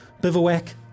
bivouac